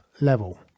level